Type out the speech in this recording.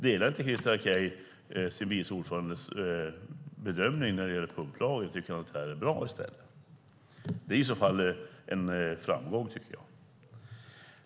Delar inte Christer Akej vice ordförandens bedömning när det gäller pumplagen? Tycker han i stället att den är bra? Det vore i så fall en framgång, tycker jag.